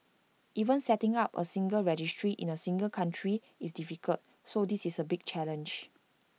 even setting up A single registry in A single country is difficult so this is A big challenge